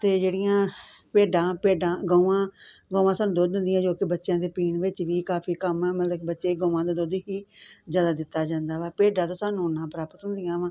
ਅਤੇ ਜਿਹੜੀਆਂ ਭੇਡਾਂ ਭੇਡਾਂ ਗਊਆਂ ਗਊਆਂ ਸਾਨੂੰ ਦੁੱਧ ਦਿੰਦੀਆਂ ਜੋ ਕਿ ਬੱਚਿਆਂ ਦੇ ਪੀਣ ਵਿੱਚ ਕਾਫ਼ੀ ਕੰਮ ਮਤਲਬ ਕਿ ਬੱਚੇ ਗਊਆਂ ਦਾ ਦੁੱਧ ਹੀ ਜ਼ਿਆਦਾ ਦਿੱਤਾ ਜਾਂਦਾ ਵਾ ਭੇਡਾਂ ਤੋਂ ਸਾਨੂੰ ਉੱਨਾਂ ਪ੍ਰਾਪਤ ਹੁੰਦੀਆਂ ਵਾਂ